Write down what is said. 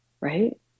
Right